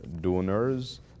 donors